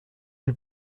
lui